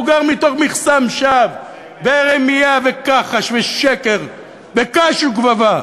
הוא גר מתוך מקסם שווא ורמייה וכחש ושקר וקש וגבבה,